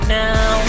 now